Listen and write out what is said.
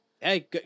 Hey